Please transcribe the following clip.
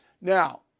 Now